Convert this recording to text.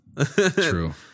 true